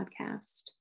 podcast